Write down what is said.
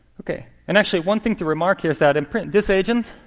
ok. and actually, one thing to remark here is that and this agent,